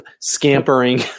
scampering